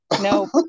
No